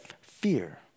fear